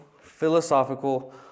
philosophical